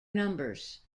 numbers